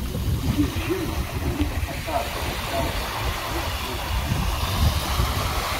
jis žino ir mums pasako kad čiaupo rankenėles reikia sukti pirštais